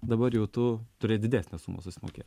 dabar jau tu turi didesnę sumą susimokėt